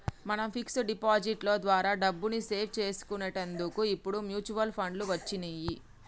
మనం fix deposit లో ద్వారా డబ్బుని సేవ్ చేసుకునేటందుకు ఇప్పుడు మ్యూచువల్ ఫండ్లు వచ్చినియ్యి